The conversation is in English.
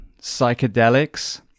psychedelics